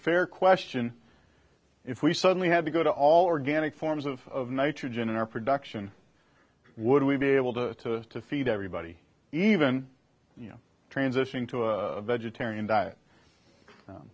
fair question if we suddenly had to go to all organic forms of nitrogen in our production would we be able to to feed everybody even you know transitioning to a vegetarian diet